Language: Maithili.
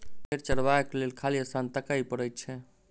भेंड़ चरयबाक लेल खाली स्थान ताकय पड़ैत छै